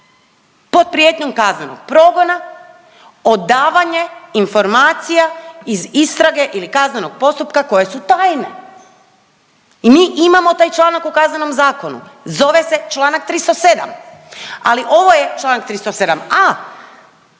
pod prijetnjom kaznenog progona odavanje informacija iz istrage ili kaznenog postupka koje su tajne i mi imamo taj članak u Kaznenom zakonu. Zove se Članak 307., ali ovo je Članak 307a.